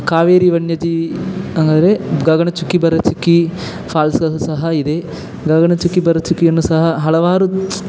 ಕಾವೇರಿ ವನ್ಯಜೀವಿ ಹಂಗದ್ರೆ ಗಗನಚುಕ್ಕಿ ಭರಚುಕ್ಕಿ ಫಾಲ್ಸುಗಳು ಸಹ ಇದೆ ಗಗನಚುಕ್ಕಿ ಭರಚುಕ್ಕಿಯನ್ನು ಸಹ ಹಲವಾರು